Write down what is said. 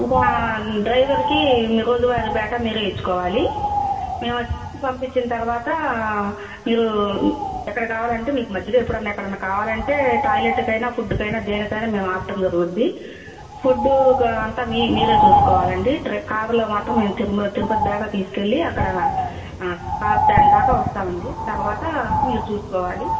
ఇంకా డ్రైవర్కి మీ రోజువారి బేట మీరే ఇచ్చుకోవాలి మేము వచ్చి పంపించిన తర్వాత మీరు ఎక్కడ కావాలంటే మీకు మధ్యలో ఎప్పుడన్నా ఎక్కడన్నా కావాలంటే టాయిలెట్కు అయినా ఫుడ్కు అయి నా దేనికైనా మేము ఆపడం జరుగుతుంది ఫుడ్ అంతా మీ మీరే చూసుకోవాలండి ట కారులో మాత్రం మేము తిరు తిరుపతి దాకా తీసుకెళ్ళి అక్కడ కార్ స్టాండ్ దాకా వస్తామండి తర్వాత మీరు చూసుకోవాలి